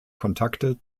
kontakte